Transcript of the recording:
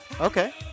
Okay